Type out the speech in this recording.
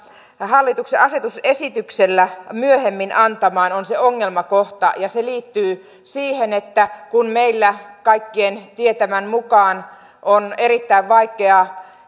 hallituksen asetusesityksellä myöhemmin antamaan on se ongelmakohta ja se liittyy siihen että kun meillä kaikkien tietämän mukaan on erittäin vaikea